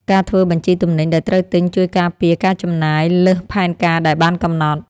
ការធ្វើបញ្ជីទំនិញដែលត្រូវទិញជួយការពារការចំណាយលើសផែនការដែលបានកំណត់។